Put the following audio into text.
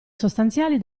sostanziali